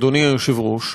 אדוני היושב-ראש,